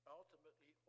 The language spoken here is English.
ultimately